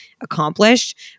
accomplished